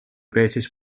greatest